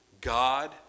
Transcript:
God